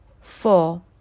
four